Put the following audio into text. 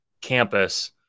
campus